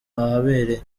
ahabereye